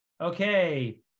Okay